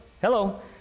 Hello